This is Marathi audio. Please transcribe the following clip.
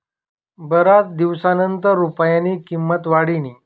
बराच दिवसनंतर रुपयानी किंमत वाढनी